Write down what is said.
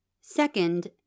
Second